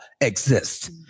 exist